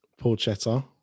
porchetta